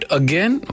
again